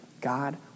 God